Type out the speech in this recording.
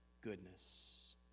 goodness